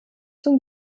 zum